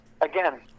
again